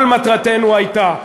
כל מטרתנו הייתה,